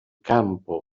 campo